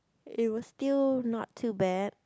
it was still not too bad